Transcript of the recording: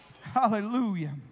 Hallelujah